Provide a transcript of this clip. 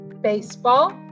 Baseball